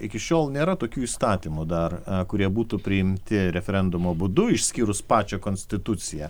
iki šiol nėra tokių įstatymų dar kurie būtų priimti referendumo būdu išskyrus pačią konstituciją